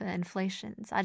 inflations